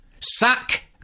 Sack